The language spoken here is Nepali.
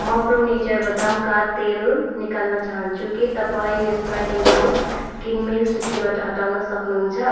म प्रोनेचर बदामका तेल निकाल्न चाहन्छु के तपाईँ यसलाई मेरो किनमेल सूचीबाट हटाउन सक्नुहुन्छ